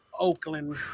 Oakland